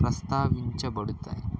ప్రస్తావించబడతాయి